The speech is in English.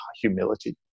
humility